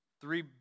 three